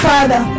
Father